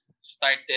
started